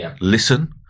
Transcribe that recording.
listen